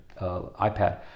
iPad